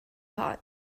hot